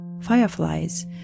Fireflies